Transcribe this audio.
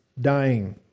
dying